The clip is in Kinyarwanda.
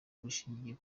bushingiye